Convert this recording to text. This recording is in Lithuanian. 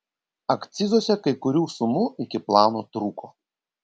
akcizuose kai kurių sumų iki plano trūko